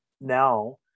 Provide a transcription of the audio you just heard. now